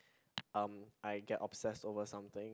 um I get obsessed over something